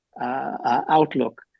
outlook